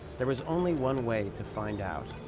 there was only one way to find out.